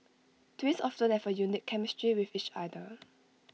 twins have A unique chemistry with each other